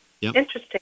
Interesting